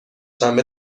شنبه